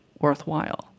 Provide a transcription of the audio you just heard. worthwhile